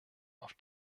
auf